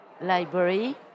library